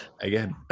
Again